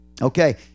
Okay